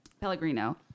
Pellegrino